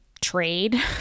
trade